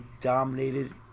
dominated